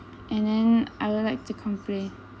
and then I would like to complain